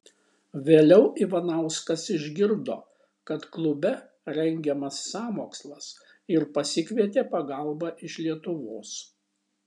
vėliau ivanauskas išgirdo kad klube rengiamas sąmokslas ir pasikvietė pagalbą iš lietuvos